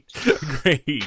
Great